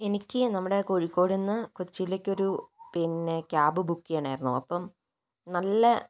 എനിക്ക് നമ്മുടെ കോഴിക്കോട് നിന്ന് കൊച്ചിയിലേക്ക് ഒരു പിന്നെ ക്യാബ് ബുക്ക് ചെയ്യണമായിരുന്നു അപ്പം നല്ല